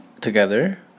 together